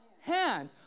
hand